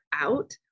out